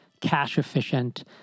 cash-efficient